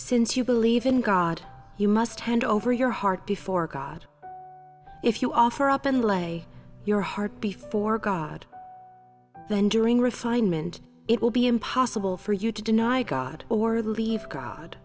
you believe in god you must hand over your heart before god if you offer up and lay your heart before god then during refinement it will be impossible for you to deny god or leave god